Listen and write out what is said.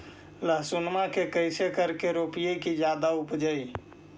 लहसूनमा के कैसे करके रोपीय की जादा उपजई?